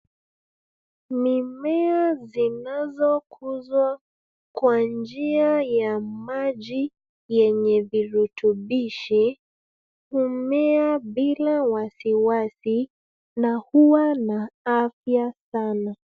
Mimea zinazokuzwa kwa njia ya maji yenye virutubishi humea bila wasiwasi na huwa na afya sana.